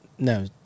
No